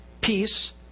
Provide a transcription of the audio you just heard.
peace